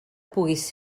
puguis